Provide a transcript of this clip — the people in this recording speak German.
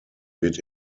wird